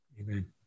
Amen